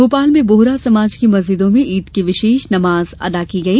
भोपाल में बोहरा समाज की मस्जिदों में ईद की विशेष नमाज अदा की गई